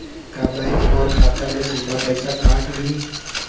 का बैंक मोर खाता ले सीधा पइसा काट लिही?